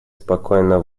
спокойно